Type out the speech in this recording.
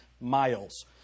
miles